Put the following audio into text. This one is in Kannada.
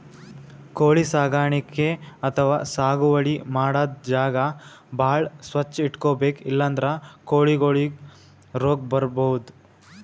ಕೋಳಿ ಸಾಕಾಣಿಕೆ ಅಥವಾ ಸಾಗುವಳಿ ಮಾಡದ್ದ್ ಜಾಗ ಭಾಳ್ ಸ್ವಚ್ಚ್ ಇಟ್ಕೊಬೇಕ್ ಇಲ್ಲಂದ್ರ ಕೋಳಿಗೊಳಿಗ್ ರೋಗ್ ಬರ್ಬಹುದ್